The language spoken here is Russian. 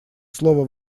слово